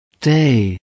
day